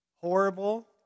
horrible